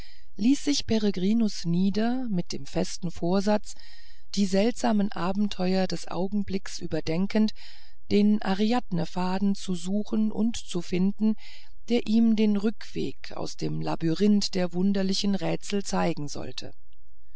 ließ sich peregrinus nieder mit dem festen vorsatz die seltsamen abenteuer des augenblicks überdenkend den ariadnefaden zu suchen und zu finden der ihm den rückweg aus dem labyrinth der wunderlichsten rätsel zeigen sollte